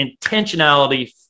intentionality